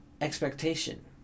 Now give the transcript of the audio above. expectation